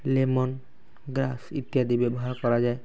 lemongrass ଇତ୍ୟାଦି ବ୍ୟବହାର କରାଯାଏ